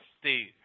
Steve